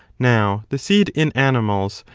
now the seed in animals,